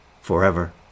forever